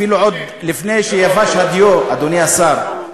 אפילו עוד לפני שיבש הדיו, אדוני השר,